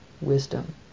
wisdom